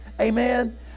amen